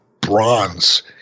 bronze